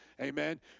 Amen